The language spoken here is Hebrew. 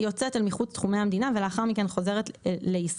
יוצאת אל מחוץ לתחומי המדינה ולאחר מכן חוזרת לישראל,